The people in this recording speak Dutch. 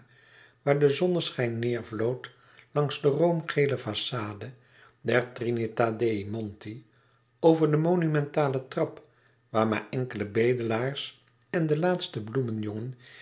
waar de zonneschijn neêrvloot langs de roomgele façade der trinita de monti over de monumentale trap waar maar enkele bedelaars en de laatste